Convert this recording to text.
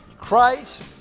Christ